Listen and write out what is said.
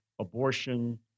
Abortion